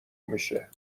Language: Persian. میشه